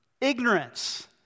ignorance